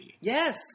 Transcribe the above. Yes